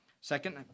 Second